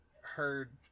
heard